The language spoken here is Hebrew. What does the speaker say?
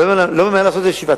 אני לא ממהר לעשות את זה שבעתיים,